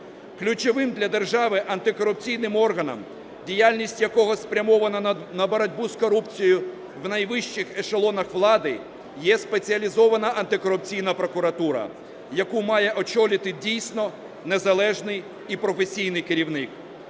Ключовим для держави антикорупційним органом, діяльність якого спрямована на боротьбу з корупцією в найвищих ешелонах влади, є Спеціалізована антикорупційна прокуратура, яку має очолити дійсно незалежний і професійний керівник.